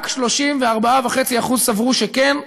רק 34.5% סברו שכן.